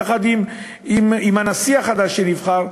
יחד עם הנשיא החדש שנבחר,